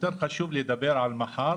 יותר חשוב לדבר על מחר